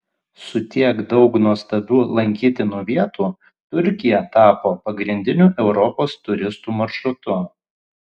su tiek daug nuostabių lankytinų vietų turkija tapo pagrindiniu europos turistų maršrutu